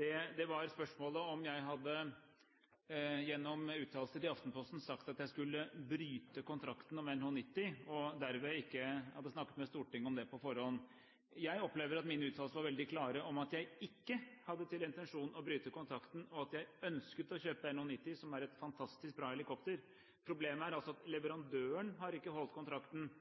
Det var spørsmål om jeg gjennom uttalelser i Aftenposten hadde sagt at jeg skulle bryte kontrakten om NH90, og ikke hadde snakket med Stortinget om det på forhånd. Jeg opplever at mine uttalelser var veldig klare – at jeg ikke hadde til intensjon å bryte kontrakten, og at jeg ønsket å kjøpe NH90, som er et fantastisk bra helikopter. Problemet er at leverandøren ikke har holdt kontrakten,